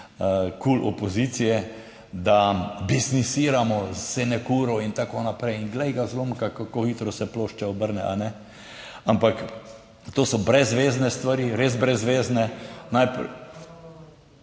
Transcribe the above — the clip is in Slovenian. kul opozicije, da biznisiramo / nerazumljivo/ in tako naprej. In glej ga zlomka, kako hitro se plošča obrne. Ampak, to so brez zvezne stvari, res brez zvezne. Najprej…